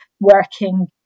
working